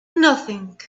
nothing